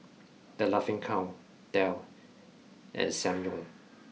the Laughing Cow Dell and Ssangyong